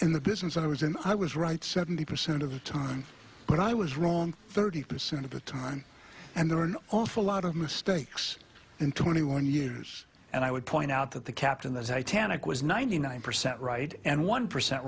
in the business i was in i was right seventy percent of the time but i was wrong thirty percent of the time and there are an awful lot of mistakes in twenty one years and i would point out that the captain as i tannic was ninety nine percent right and one percent